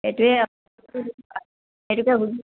সেইটোৱে সেইটোকে বুজিছোঁ